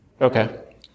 Okay